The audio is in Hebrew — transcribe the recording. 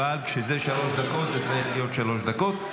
אבל כשזה שלוש דקות זה צריך להיות שלוש דקות.